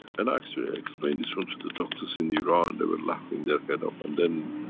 and actually i explain this one to the doctors in iran, they were laughing their head off. and then,